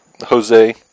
Jose